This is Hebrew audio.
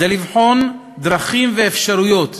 כדי לבחון דרכים ואפשרויות